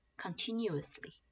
continuously